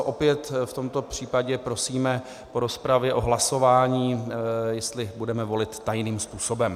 Opět v tomto případě prosíme po rozpravě o hlasování, jestli budeme volit tajným způsobem.